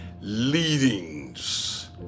leadings